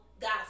God